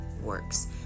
works